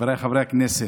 חבריי חברי הכנסת,